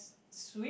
sweep